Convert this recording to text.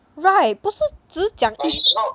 right 不是只是讲